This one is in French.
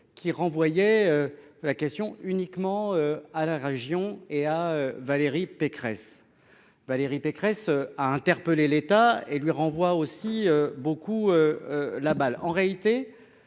qui renvoyait à la question uniquement à la région et à Valérie Pécresse. Valérie Pécresse a interpellé l'État et lui renvoie aussi beaucoup. La balle en réalité